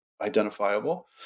identifiable